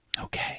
Okay